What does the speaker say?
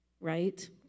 Right